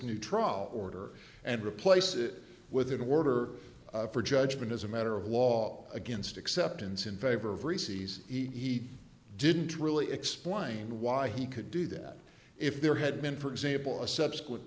new trial order and replace it with an order for judgment as a matter of law against acceptance in favor of reseize eat didn't really explain why he could do that if there had been for example a subsequent